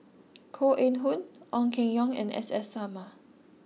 Koh Eng Hoon Ong Keng Yong and S S Sarma